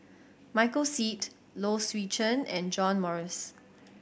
Michael Seet Low Swee Chen and John Morrice